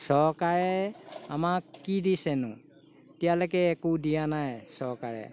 চৰকাৰে আমাক কি দিছেনো এতিয়ালৈকে একো দিয়া নাই চৰকাৰে